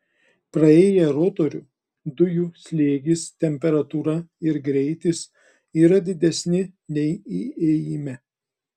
praėję rotorių dujų slėgis temperatūra ir greitis yra didesni nei įėjime